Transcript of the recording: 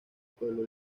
pueblo